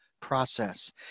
process